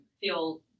feel